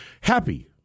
happy